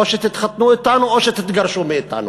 או שתתחתנו אתנו או שתתגרשו מאתנו.